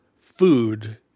food